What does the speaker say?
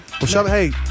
Hey